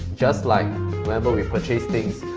just like whenever we purchase things,